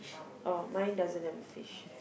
oh mine doesn't have a fish